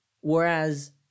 Whereas